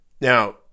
Now